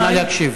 נא להקשיב.